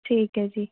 ਠੀਕ ਹੈ ਜੀ